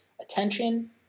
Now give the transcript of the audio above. Attention